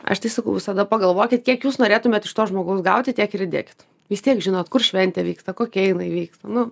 aš tai sakau visada pagalvokit kiek jūs norėtumėt iš to žmogaus gauti tiek ir įdėkit vis tiek žinot kur šventė vyksta kokia jinai vyksta nu